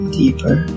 deeper